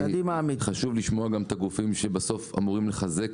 חשוב לשמוע גם את הגופים שבסוף אמורים לחזק